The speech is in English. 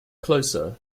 closer